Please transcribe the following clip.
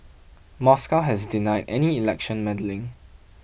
Moscow has denied any election meddling